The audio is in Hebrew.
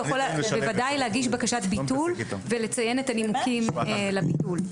הוא בוודאי יכול להגיש בקשת ביטול ולציין את הנימוקים לביטול.